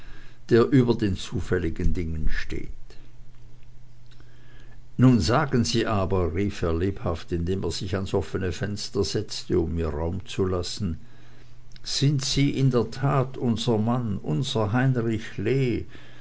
der über den zufälligen dingen steht nun sagen sie aber rief er lebhaft indem er sich ans offene fenster setzte um mir raum zu lassen sind sie in der tat unser mann unser heinrich lee